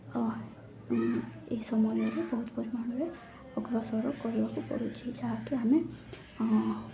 ଏହି ସମୟରେ ବହୁତ ପରିମାଣରେ ଅଗ୍ରସର କରିବାକୁ ପଡ଼ୁଛିି ଯାହାକି ଆମେ